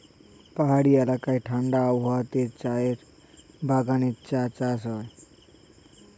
পাহাড়ি এলাকায় ঠাণ্ডা আবহাওয়াতে চায়ের বাগানে চা চাষ হয়